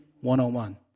one-on-one